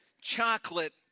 Chocolate